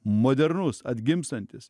modernus atgimstantis